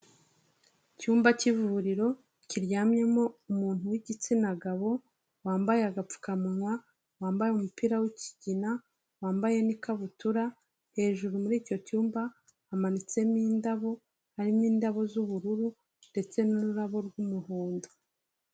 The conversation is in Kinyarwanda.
Icyumba cy'ivuriro, kiryamyemo umuntu w'igitsina gabo, wambaye agapfukanwa, wambaye umupira w'ikigina, wambaye n'ikabutura, hejuru muri icyo cyumba hamanitsemo indabo, harimo indabo z'ubururu, ndetse n'ururabo rw'umuhondo.